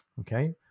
Okay